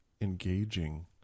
engaging